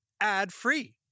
ad-free